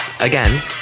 Again